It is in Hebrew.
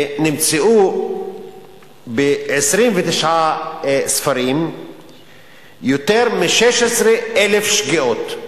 ונמצאו ב-29 ספרים יותר מ-16,000 שגיאות.